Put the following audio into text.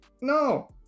no